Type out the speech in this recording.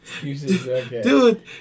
Dude